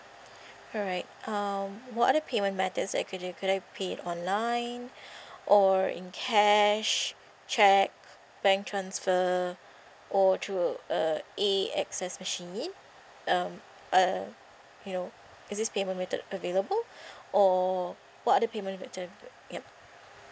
alright um what are the payment methods I could do could I pay online or in cash cheque bank transfer or through a A_X_S machines um uh you know is this payment method available or what are the payment method yup